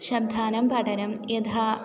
शब्दानां पठनं यदा